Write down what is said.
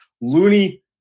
looney